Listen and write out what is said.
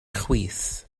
chwith